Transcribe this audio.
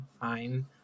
fine